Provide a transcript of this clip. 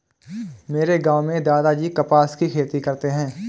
मेरे गांव में दादाजी कपास की खेती करते हैं